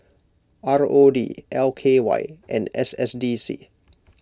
R O D L K Y and S S D C